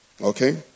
Okay